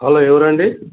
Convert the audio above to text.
hello ఎవరండీ